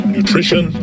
Nutrition